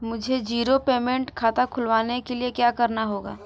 मुझे zero payment खाता खुलवाने के लिए क्या करना होगा?